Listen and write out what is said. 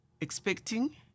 expecting